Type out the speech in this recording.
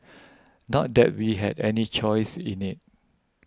not that we had any choice in it